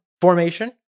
formation